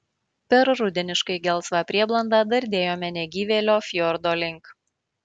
per rudeniškai gelsvą prieblandą dardėjome negyvėlio fjordo link